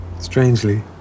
Strangely